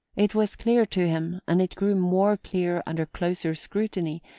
it was clear to him, and it grew more clear under closer scrutiny,